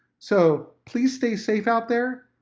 so please stay safe out there,